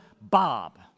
Bob